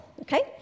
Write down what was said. Okay